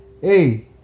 Hey